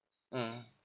mm